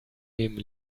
dem